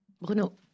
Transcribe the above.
Bruno